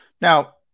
Now